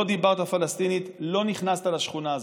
לא דיברת פלסטינית, לא נכנסת לשכונה הזאת.